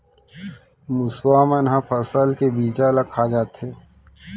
मुसवा मन ह फसल के बीजा ल खा जाथे